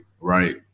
right